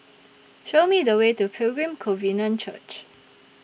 Show Me The Way to Pilgrim Covenant Church